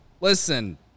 listen